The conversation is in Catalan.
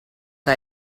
que